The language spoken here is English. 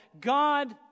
God